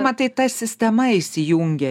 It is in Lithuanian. matai ta sistema įsijungia